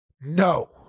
No